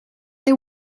they